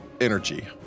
energy